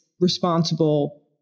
responsible